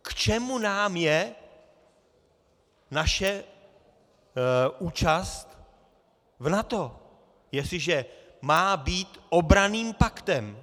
K čemu nám je naše účast v NATO, jestliže má být branným paktem?